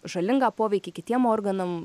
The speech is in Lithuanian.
žalingą poveikį kitiem organam